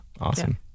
Awesome